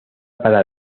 para